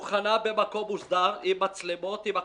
והוא כן חנה במקום מוסדר, עם מצלמות ועם הכול.